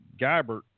Guybert